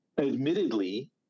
Admittedly